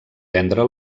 vendre